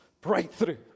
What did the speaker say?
breakthrough